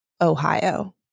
Ohio